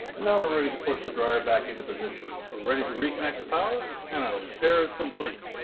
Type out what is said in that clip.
now we're ready to push the dryer back into position. we're ready to reconnect the power and our repair is complete.